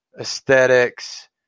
aesthetics